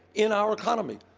in our economy,